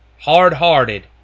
hard-hearted